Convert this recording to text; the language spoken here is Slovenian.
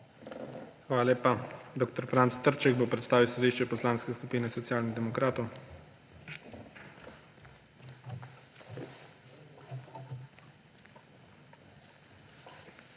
Hvala lepa. Dr. Franc Trček bo predstavil stališče Poslanske skupine Socialnih demokratov. **DR.